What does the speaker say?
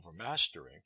overmastering